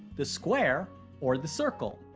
the square or the circle?